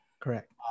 Correct